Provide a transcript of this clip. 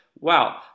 Wow